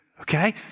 Okay